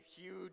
huge